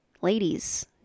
Ladies